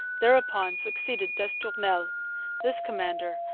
thereupon succeeded d'estournel. this commander,